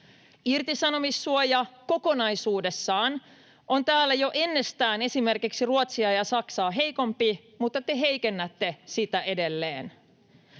Irtisanomissuoja kokonaisuudessaan on täällä jo ennestään esimerkiksi Ruotsia ja Saksaa heikompi, mutta te heikennätte sitä edelleen.